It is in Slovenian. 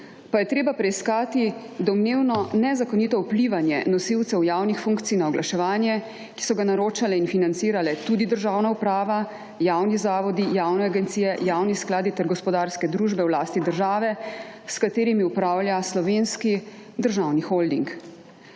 pa je treba preiskati domnevno nezakonito vplivanje nosilcev javnih funkcij na oglaševanje, ki so ga naročale in financirale tudi državna uprava, javni zavodi, javne agencije, javni skladi ter gospodarske družbe v lasti države, s katerimi upravlja Slovenski državni holding.